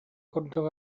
курдук